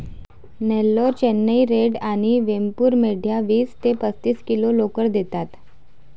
Nellore, Chennai red आणि वेमपूर मेंढ्या वीस ते पस्तीस किलो लोकर देतात